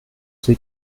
sie